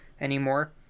anymore